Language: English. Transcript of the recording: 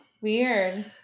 Weird